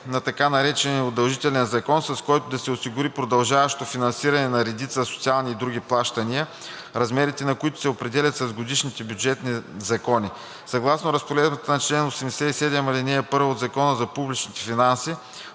на така наречения удължителен закон, с който да се осигури продължаващо финансиране на редица социални и други плащания, размерите на които се определят с годишните бюджетни закони. Съгласно Разпоредбата на чл. 87, ал. 1 от Закона за публичните финанси,